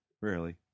rarely